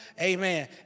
Amen